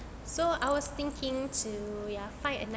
so I was thinking to ya